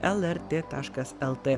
lrt taškas lt